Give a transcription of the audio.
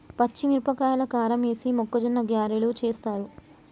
పచ్చిమిరపకాయల కారమేసి మొక్కజొన్న గ్యారలు చేస్తారు